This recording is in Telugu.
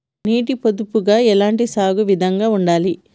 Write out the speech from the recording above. నీటి పొదుపుగా ఎలాంటి సాగు విధంగా ఉండాలి?